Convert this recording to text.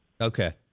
Okay